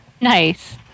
Nice